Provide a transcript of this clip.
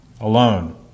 alone